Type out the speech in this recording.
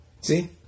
See